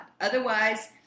Otherwise